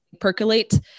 Percolate